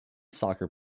soccer